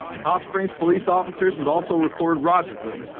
hot springs police officers would also record roger clinton,